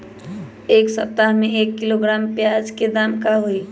एक सप्ताह में एक किलोग्राम प्याज के दाम का होई?